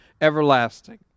everlasting